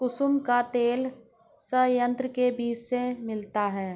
कुसुम का तेल संयंत्र के बीज से मिलता है